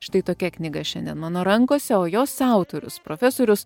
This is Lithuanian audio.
štai tokia knyga šiandien mano rankose o jos autorius profesorius